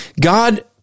God